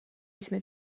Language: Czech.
jsme